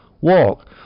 walk